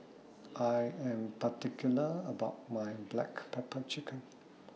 I Am particular about My Black Pepper Chicken